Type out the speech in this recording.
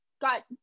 got